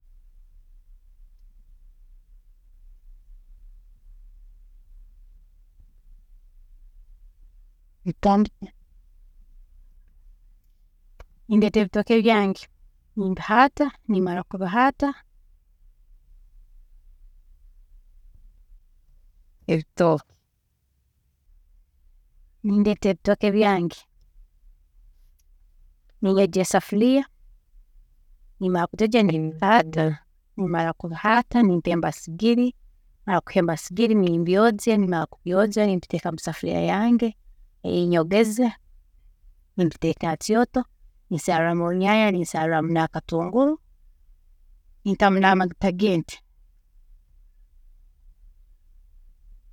Nindeeta ebikooke byange nimbihaata, nimara kubihaata ebitooke, nindeeta ebitooke byange, ninyogya esafuriya, nimara kujyojya nimbihaata, nimara kubihaata nimpemba sigiri, nimara kugihemba sigiri nimbyojya nimara kubyojya nimbiteeka musafuriya yange eyi nyogeze, nimbiteeka hakyooto, ninsaarraamu orunyanya ninsaarramu n'akatunguru, nintamu n'amagita gente.